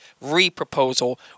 re-proposal